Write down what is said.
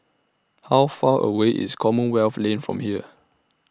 How Far away IS Commonwealth Lane from here